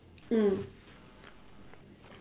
mm